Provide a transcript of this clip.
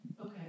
Okay